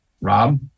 Rob